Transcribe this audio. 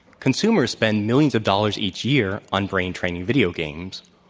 consumers spend millions of dollars each year on brain training video games.